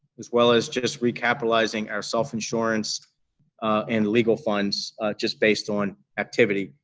as well as just recapitalizing our self-insurance and legal funds just based on activity.